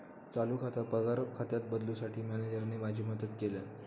चालू खाता पगार खात्यात बदलूंसाठी मॅनेजरने माझी मदत केल्यानं